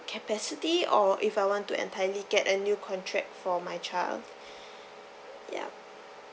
capacity or if I want to entirely get a new contract for my child yup